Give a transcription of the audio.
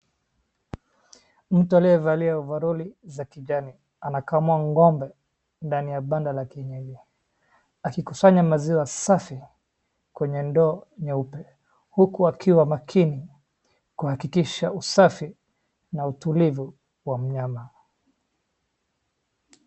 Mtu aliyevalia overoli za kijani anakamua ngombe ndani ya banda la kenya hiyo akikusanya maziwa safi kwenye ndoo nyeupe huku akiwa makini kuhakikisha usafi na utulivu wa mnyama.